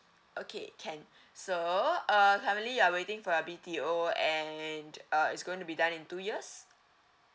okay can so uh currently you're waiting for a B T O and uh is going to be done in two years